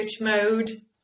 mode